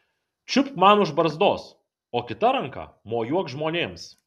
čiupk man už barzdos o kita ranka mojuok žmonėms